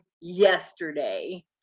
yesterday